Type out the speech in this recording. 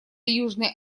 южной